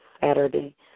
Saturday